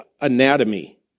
anatomy